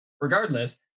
Regardless